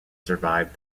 survived